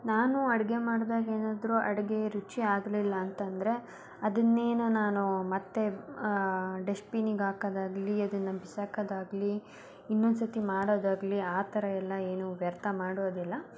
ನಾನು ಅಡುಗೆ ಮಾಡ್ದಾಗ ಏನಾದ್ರೂ ಅಡುಗೆ ರುಚಿ ಆಗಲಿಲ್ಲ ಅಂತಂದರೆ ಅದನ್ನೇನೂ ನಾನು ಮತ್ತೆ ಡಸ್ಟ್ಬಿನ್ನಿಗೆ ಹಾಕದಾಗ್ಲಿ ಅದನ್ನು ಬಿಸಾಕೋದಾಗ್ಲಿ ಇನ್ನೊಂದು ಸರ್ತಿ ಮಾಡೋದಾಗಲಿ ಆ ಥರ ಎಲ್ಲ ಏನೂ ವ್ಯರ್ಥ ಮಾಡೋದಿಲ್ಲ